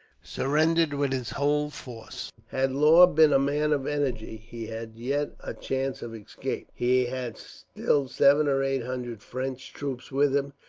surrendered with his whole force. had law been a man of energy, he had yet a chance of escape. he had still seven or eight hundred french troops with him,